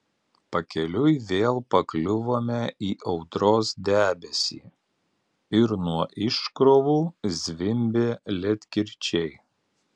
pakeliui vėl pakliuvome į audros debesį ir nuo iškrovų zvimbė ledkirčiai